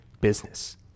business